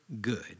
good